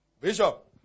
Bishop